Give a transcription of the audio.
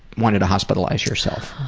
wanted to hospitalize yourself.